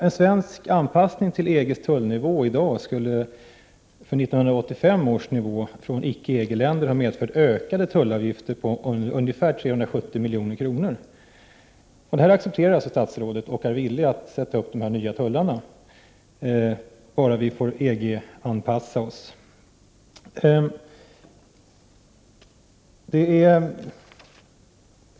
En svensk anpassning till EG:s tullnivå i dag skulle utifrån 1985 års nivå för länder som icke tillhör EG ha medfört en höjning av tullavgifterna med ungefär 370 milj.kr. Detta accepterar alltså statsrådet. Hon är dessutom villig att acceptera nya tullar i detta sammanhang bara vi så att säga får anpassa oss till EG.